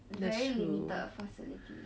very limited facility